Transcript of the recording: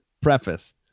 preface